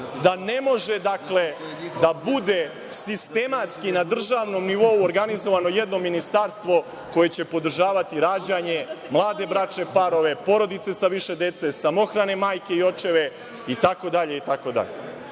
da ne može da bude sistematski na državnom nivou organizovano jedno ministarstvo koje će podržavati rađanje, mlade bračne parove, porodice sa više dece, samohrane majke i očeve itd,